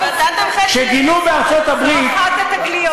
כשגילו בארצות-הברית,